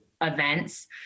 events